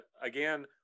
again